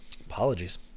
apologies